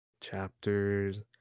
Chapters